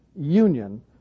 union